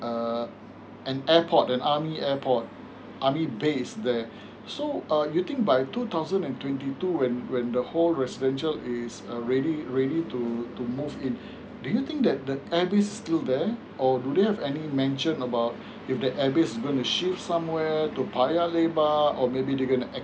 um an airport an army airport army base there so uh you think by two thousand and twenty two when when the whole residential is err ready ready to move in do you think that the air base still there or do they have any mention about if the air base is going to shift somewhere to payar lebar or maybe they gonna to